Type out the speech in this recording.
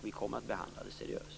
Vi kommer att behandla det seriöst.